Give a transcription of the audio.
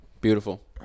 Beautiful